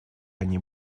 они